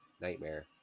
nightmare